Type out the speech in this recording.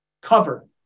cover